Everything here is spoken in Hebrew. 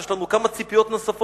יש לנו כמה ציפיות נוספות.